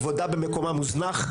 כבודה במקומה מוזנח,